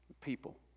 people